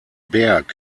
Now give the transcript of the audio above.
berg